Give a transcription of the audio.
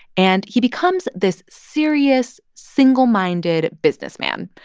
and he becomes this serious, single-minded businessman.